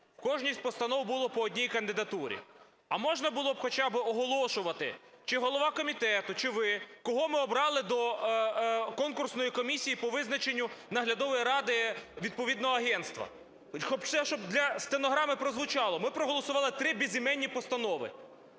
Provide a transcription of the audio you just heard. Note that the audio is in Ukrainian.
кожній з постанов було по 1 кандидатурі. А можна було б хоча би оголошувати чи голова комітету, чи ви, кого ми обрали до конкурсної комісії по визначенню наглядової ради відповідного агентства? Щоб для стенограми прозвучало. Ми проголосували 3 безіменні постанови.